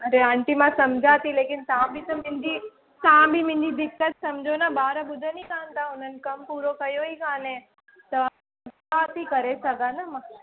अड़े आंटी मां समुझा थी लेकिनि तव्हां बि त मुंहिंजी तव्हां बि त मुंहिंजी दिक़त समुझो न ॿार ॿुधनि ई कान था उन्हनि कमु पूरो कयो ई काने त छा थी करे सघां न मां